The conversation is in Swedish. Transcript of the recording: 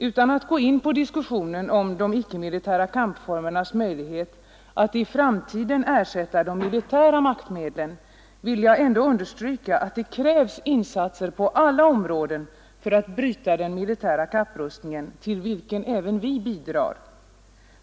Utan att gå in på diskussionen om de icke-militära kampformernas möjlighet att i framtiden ersätta de militära maktmedlen vill jag ändå understryka att det krävs insatser på alla områden för att bryta den militära kapprustningen, till vilken även vi bidrar.